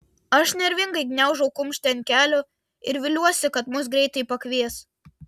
aš nervingai gniaužau kumštį ant kelių ir viliuosi kad mus greitai pakvies